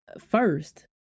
first